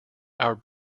our